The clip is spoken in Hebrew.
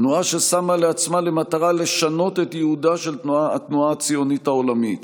תנועה ששמה לעצמה למטרה לשנות את ייעודה של התנועה הציונית העולמית